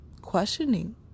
questioning